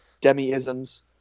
Demi-isms